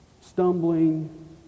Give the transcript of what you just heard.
stumbling